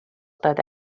داده